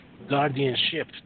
guardianship